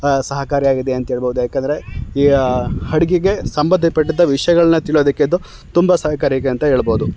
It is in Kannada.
ಸಹಕಾರಿಯಾಗಿದೆ ಅಂತ್ಹೇಳ್ಬೋದು ಯಾಕಂದರೆ ಈ ಅಡ್ಗೆಗೆ ಸಂಬಂಧಪಟ್ಟಂಥ ವಿಷಯಗಳ್ನ ತಿಳಿಯೋದಕ್ಕೆ ಇದು ತುಂಬ ಸಹಕಾರಿಯಾಗಿದೆ ಅಂತ ಹೇಳ್ಬೋದು